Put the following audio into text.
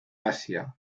asia